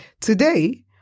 Today